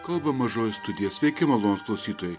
kalba mažoji studija sveiki malonūs klausytojai